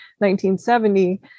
1970